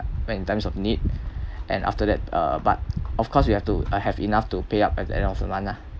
when in times of need and after that uh but of course you have to uh have enough to pay up at the end of month lah